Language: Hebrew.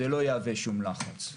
זה לא יהווה שום לחץ.